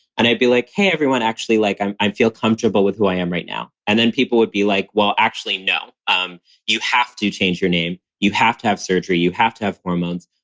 and i'd be like, hey, everyone, actually, like, i feel comfortable with who i am right now. and then people would be like, well, actually, no. um you have to change your name. you have to have surgery. you have to have hormones.